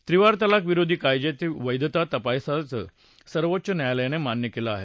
त्रिवार तलाक विरोधी कायद्याची वैधता तपासायचं सर्वोच्च न्यायालयानं मान्य केलं आहे